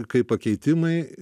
kai pakeitimai